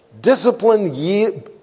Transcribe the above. Discipline